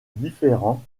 différents